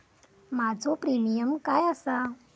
माझो प्रीमियम काय आसा?